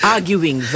Arguing